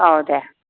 औ दे